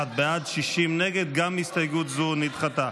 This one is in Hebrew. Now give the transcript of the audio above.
41 בעד, 60 נגד, גם הסתייגות זו נדחתה.